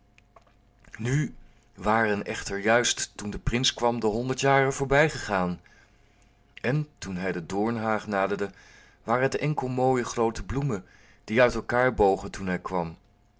nu waren echter juist toen de prins kwam de honderd jaren voorbij gegaan en toen hij de doornhaag naderde waren het enkel mooie groote bloemen die uit elkaâr bogen toen hij kwam